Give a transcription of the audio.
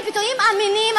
אלה ביטויים אמינים,